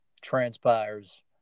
transpires